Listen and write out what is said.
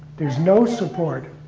there's no support.